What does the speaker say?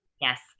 Yes